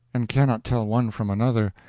and cannot tell one from another,